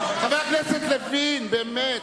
חבר הכנסת לוין, באמת.